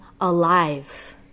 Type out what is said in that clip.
alive